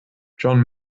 john